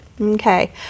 okay